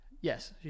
Yes